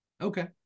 Okay